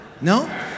No